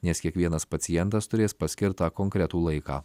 nes kiekvienas pacientas turės paskirtą konkretų laiką